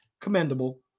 commendable